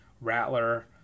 Rattler